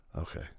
okay